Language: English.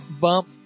bump